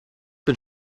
bin